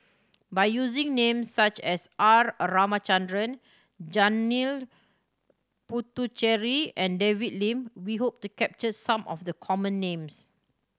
by using names such as R Ramachandran Janil Puthucheary and David Lim we hope to capture some of the common names